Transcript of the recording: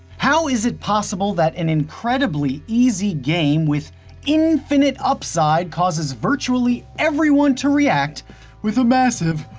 how is it possible that an incredibly easy game with infinite upside causes virtually everyone to react with a massive